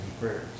prayers